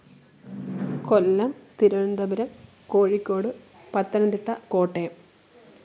Kollam Thiruvananthapuram Kozhikode Pathanamthitta Kottayam